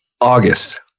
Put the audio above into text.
August